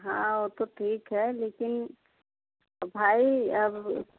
हाँ वह तो ठीक है लेकिन भाई अब